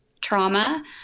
trauma